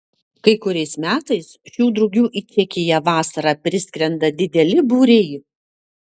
kai kuriais metais šių drugių į čekiją vasarą priskrenda dideli būriai